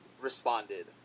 responded